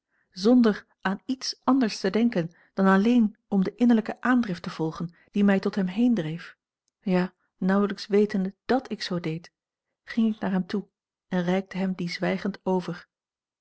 zonder aan iets anders te denken dan alleen om de innerlijke aandrift te volgen die mij tot hem heendreef ja nauwelijks wetende dàt ik zoo deed ging ik naar hem toe en reikte hem dien zwijgend over